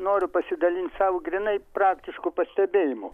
noriu pasidalint savo grynai praktišku pastebėjimu